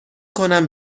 کنم